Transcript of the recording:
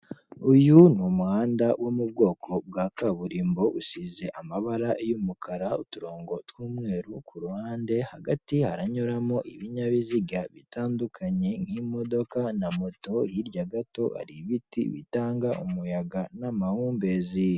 Uyu ni umuhanda wo mu bwoko bwa kaburimbo usize amabara y'umukara uturongo tw'umweru, ku ruhande hagati haranyuramo ibinyabiziga bitandukanye nk'imodoka na moto, hirya gato hari ibiti bitanga umuyaga n'amahumbezisi.